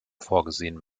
vorgesehen